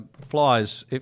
flies